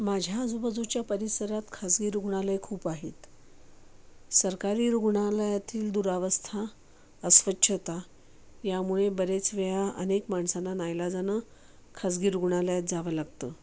माझ्या आजूबाजूच्या परिसरात खाजगी रुग्णालय खूप आहेत सरकारी रुग्णालयातील दुरावस्था अस्वच्छता यामुळे बऱ्याच वेळा अनेक माणसांना नाईलाजानं खाजगी रुग्णालयात जावं लागतं